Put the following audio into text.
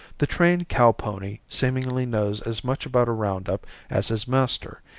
the trained cow pony seemingly knows as much about a round-up as his master,